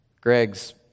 Greg's